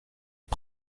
est